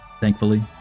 Thankfully